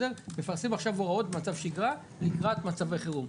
מפרסמים עכשיו הוראות במצב שגרה לקראת מצבי חירום,